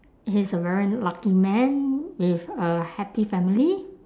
he is a very lucky man with a happy family